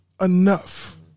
enough